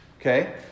Okay